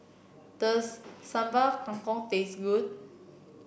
does Sambal Kangkong taste good